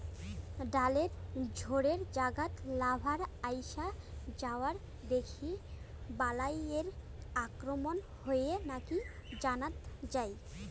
ডালের জোড়ের জাগাত লার্ভার আইসা যাওয়া দেখি বালাইয়ের আক্রমণ হইছে নাকি জানাত যাই